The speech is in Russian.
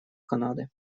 канады